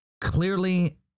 clearly